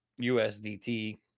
USDT